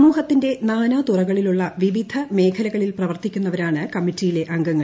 സമൂഹത്തിന്റെ നാനാതുറകളിലുള്ള വിവിധ വിവിധ മേഖലകളിൽ പ്രവർത്തിക്കുള്ള കമ്മിറ്റിയിലെ അംഗങ്ങൾ